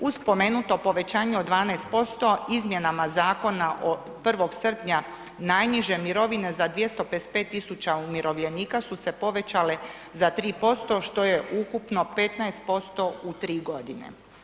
Uz spomenuto povećanje od 12%, izmjenama zakona od 1. srpnja najniže mirovine, za 255 tisuća umirovljenika su se povećale za 3%, što je ukupno 15% u 3 godine.